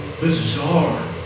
bizarre